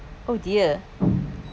oh dear